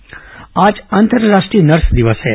nurse दिवस आज अंतर्राष्ट्रीय नर्स दिवस है